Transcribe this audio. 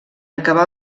acabar